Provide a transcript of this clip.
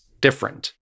different